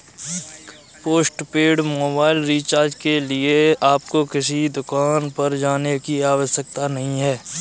postpaid mobile recharge के लिए आपको किसी दुकान पर जाने की आवश्यकता नहीं है